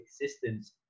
existence